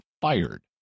fired